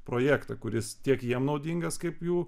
projektą kuris tiek jiem naudingas kaip jų